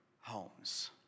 homes